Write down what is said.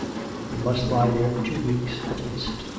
you must lie there two weeks at least.